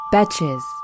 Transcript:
Betches